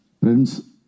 Prince